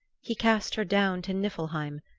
he cast her down to niflheim,